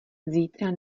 zítra